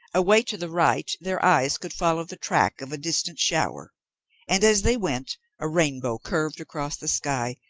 away to the right their eyes could follow the track of a distant shower and as they went a rainbow curved across the sky,